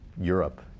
europe